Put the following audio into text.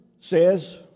says